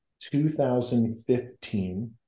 2015